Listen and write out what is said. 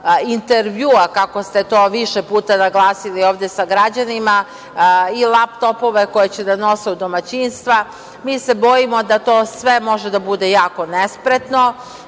intervjua, kako ste to više puta naglasili ovde sa građanima, i laptopove, koje će da nose u domaćinstva. Mi se bojimo da to sve može da bude jako nespretno